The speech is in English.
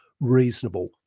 reasonable